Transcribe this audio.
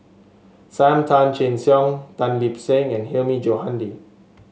Sam Tan Chin Siong Tan Lip Seng and Hilmi Johandi